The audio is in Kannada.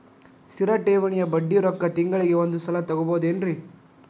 ಸ್ಥಿರ ಠೇವಣಿಯ ಬಡ್ಡಿ ರೊಕ್ಕ ತಿಂಗಳಿಗೆ ಒಂದು ಸಲ ತಗೊಬಹುದೆನ್ರಿ?